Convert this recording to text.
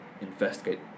investigate